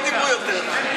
לא דיברו יותר.